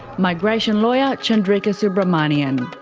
migration lawyer, chandrika subramaniyan.